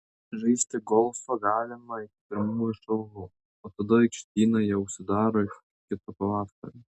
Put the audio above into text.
žaisti golfą galima iki pirmųjų šalnų o tada aikštynai jau užsidaro iki kito pavasario